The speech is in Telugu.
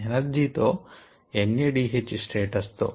ఎనర్జీ తో N A D H status తో